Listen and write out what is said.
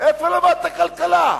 איפה למדת כלכלה?